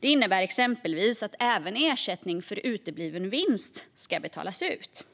Det innebär exempelvis att även ersättning för utebliven vinst ska betalas ut.